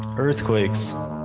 earthquakes